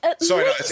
Sorry